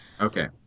Okay